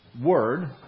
word